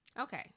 Okay